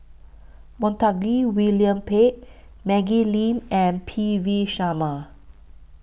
Montague William Pett Maggie Lim and P V Sharma